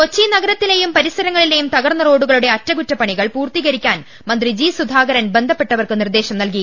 കൊച്ചി നഗരത്തിലെയും പരിസരങ്ങളിലെയും തകർന്ന റോഡു കളുടെ അറ്റകുറ്റ പണികൾ അടിയന്തരമായി പൂർത്തീകരിക്കാൻ മന്ത്രി ജി സുധാകരൻ ബന്ധപ്പെട്ടവർക്ക് നിർദ്ദേശം നൽകി